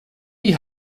die